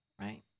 right